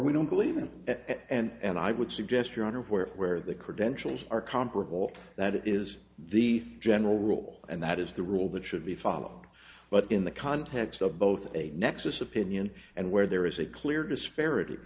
we don't believe it and i would suggest your honor where where the credentials are comparable that is the general rule and that is the rule that should be followed but in the context of both a nexus opinion and where there is a clear disparity